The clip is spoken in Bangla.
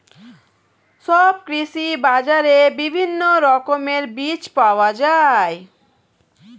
সব কৃষি বাজারে বিভিন্ন রকমের বীজ পাওয়া যায়